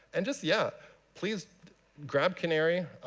and just yeah please grab canary.